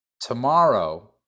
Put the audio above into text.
tomorrow